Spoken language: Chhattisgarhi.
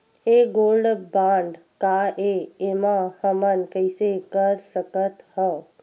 ये गोल्ड बांड काय ए एमा हमन कइसे कर सकत हव?